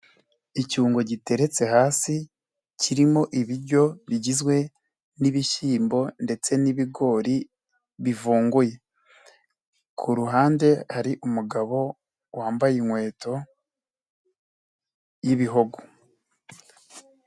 Icyungo giteretse hasi, kirimo ibiryo bigizwe n'ibishyimbo ndetse n'ibigori bivanze. Ku ruhande hari umugabo wambaye inkweto z'igihogo.